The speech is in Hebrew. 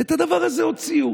ואת הדבר הזה הוציאו.